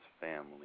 family